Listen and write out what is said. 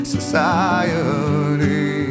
Society